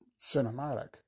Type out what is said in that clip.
cinematic